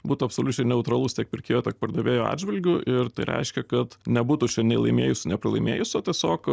būtų absoliučiai neutralus tiek pirkėjo pardavėjo atžvilgiu ir tai reiškia kad nebūtų šio nei laimėjusio nei pralaimėjusio o tiesiog